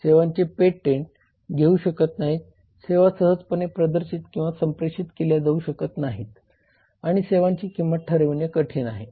सेवांचे पेटेंट घेऊ शकत नाहीत सेवा सहजपणे प्रदर्शित किंवा संप्रेषित केल्या जाऊ शकत नाहीत आणि सेवांची किंमत ठरविणे कठीण आहे